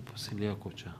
pasilieku čia